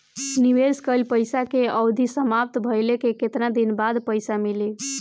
निवेश कइल पइसा के अवधि समाप्त भइले के केतना दिन बाद पइसा मिली?